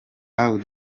how